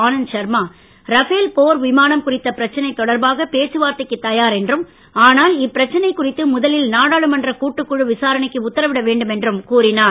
Anand Sharma Rafale போர் விமானம் குறித்த பிரச்சனை தொடர்பாக பேச்சுவார்த்தைக்குத் தயார் என்றும் ஆனால் இப்பிரச்சனை குறித்து முதலில் நாடாளுமன்ற கூட்டுக்குழு விசாரணைக்கு உத்தரவிட வேண்டும் என்று கூறினார்